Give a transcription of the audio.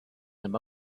him